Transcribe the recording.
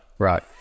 Right